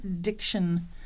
diction